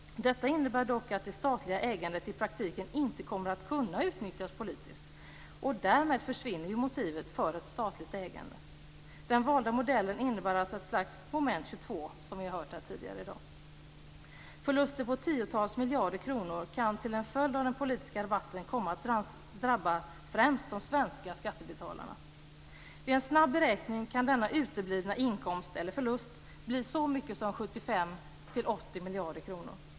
Detta innebär dock att det statliga ägandet i praktiken inte kommer att kunna utnyttjas politiskt och därmed försvinner motivet för ett statligt ägande; den valda modellen innebär alltså ett slags "Moment 22". Förluster på tiotals miljarder kronor kan till följd av den politiska rabatten komma att drabba främst de svenska skattebetalarna. Vid en snabb beräkning kan denna uteblivna inkomst, eller förlust, bli så mycket som 75-80 miljarder kronor.